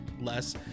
less